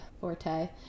forte